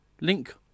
link